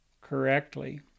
correctly